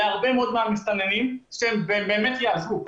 להרבה מאוד מהמסתננים שהם באמת יעזבו.